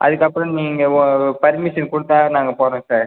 அதுக்கப்புறம் நீங்கள் ஓ பர்மிஷன் கொடுத்தா நாங்கள் போகிறோம் சார்